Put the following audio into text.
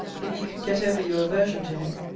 if you could get over your aversion to him.